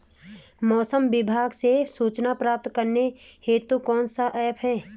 मौसम विभाग से सूचना प्राप्त करने हेतु कौन सा ऐप है?